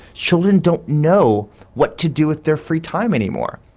children don't know what to do with their free time anymore.